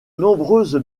nombreuses